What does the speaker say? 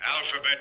Alphabet